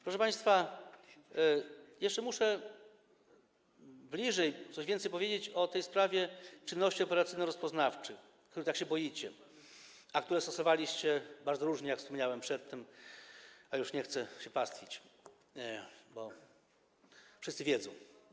Proszę państwa, muszę jeszcze więcej powiedzieć o sprawie czynności operacyjno-rozpoznawczych, których tak się boicie, a które stosowaliście bardzo różnie, jak wspominałem przedtem, ale już nie chcę się pastwić, bo wszyscy to wiedzą.